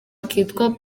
kitwa